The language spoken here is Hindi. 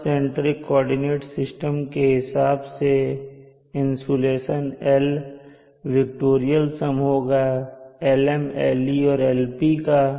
अर्थ सेंट्रिक कोऑर्डिनेट सिस्टम के हिसाब से इंसुलेशन L विक्टोरियल सम होगा Lm Le और Lp का